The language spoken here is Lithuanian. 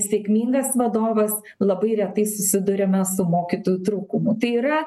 sėkmingas vadovas labai retai susiduriame su mokytojų trūkumu tai yra